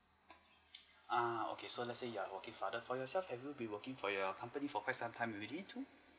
uh okay so let's say you are working father for yourself have you been working for your company for the quite some time already too